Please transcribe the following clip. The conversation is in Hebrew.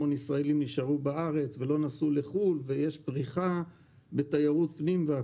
שהמון ישראלים נשארו בארץ ולא נסעו לחו"ל ועל כך שיש פריחה בתיירות פנים.